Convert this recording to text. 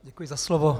Děkuji za slovo.